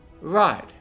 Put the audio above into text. Right